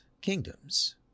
kingdoms